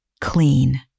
clean